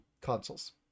consoles